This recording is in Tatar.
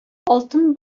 алтын